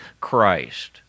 Christ